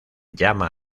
llama